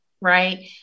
right